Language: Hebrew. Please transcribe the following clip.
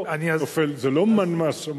זה לא נופל, זה לא מן מהשמים.